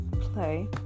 play